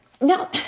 Now